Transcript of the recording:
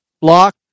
block